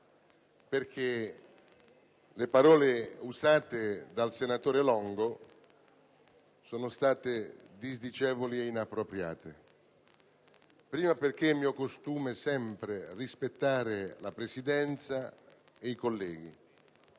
perché le parole usate dal senatore Longo sono state disdicevoli e inappropriate, in primo luogo perché è mio costume sempre rispettare la Presidenza e i colleghi,